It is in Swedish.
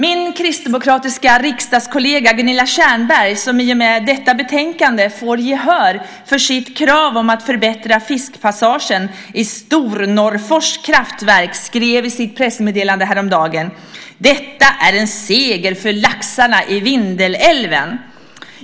Min kristdemokratiska riksdagskollega Gunilla Tjernberg, som i och med detta betänkande får gehör för sitt krav på att förbättra fiskpassagen i Stornorrfors kraftverk, skrev i sitt pressmeddelande häromdagen: "Detta är en seger för laxarna i Vindelälven."